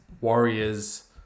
Warriors